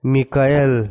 Mikael